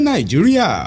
Nigeria